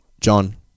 John